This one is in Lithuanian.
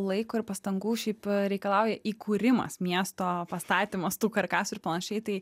laiko ir pastangų šiaip reikalauja įkūrimas miesto pastatymas tų karkasų ir panašiai tai